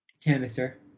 canister